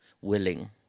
willing